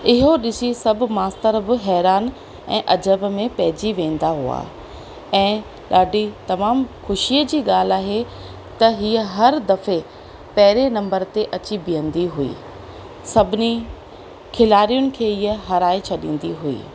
एहो ॾिसी सभु मास्तर बि हैरान ऐं अजब में पइजी वेंदा हुआ ऐं ॾाढी तमामु ख़ुशीअ जी ॻाल्हि आहे त हीअ हर दफ़े पहिरिएं नंबर ते अची बीहंदी हुई सभिनी खिलाड़ियुनि खे इहा हराए छॾींदी हुई